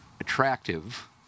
attractive